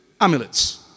amulets